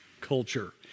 culture